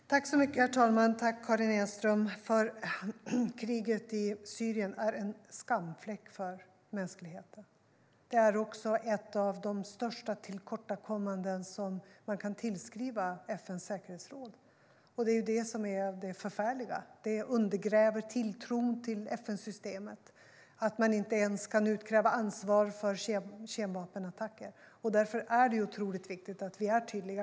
STYLEREF Kantrubrik \* MERGEFORMAT Svar på interpellationerHerr talman! Kriget i Syrien är en skamfläck för mänskligheten. Det är också ett av de största tillkortakommanden man kan tillskriva FN:s säkerhetsråd. Det är detta som är det förfärliga: Det undergräver tilltron till FN-systemet att man inte ens kan utkräva ansvar för kemvapenattacker. Därför är det otroligt viktigt att vi är tydliga.